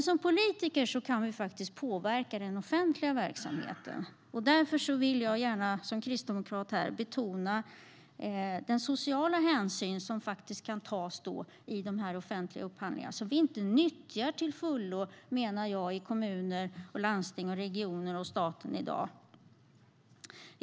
Som politiker kan vi dock faktiskt påverka den offentliga verksamheten. Därför vill jag gärna som kristdemokrat betona den sociala hänsyn som kan tas i de offentliga upphandlingarna. Det är en möjlighet som jag menar att vi inte nyttjar till fullo i kommunerna, landstingen, regionerna och staten i dag.